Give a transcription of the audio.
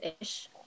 ish